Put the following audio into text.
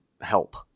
help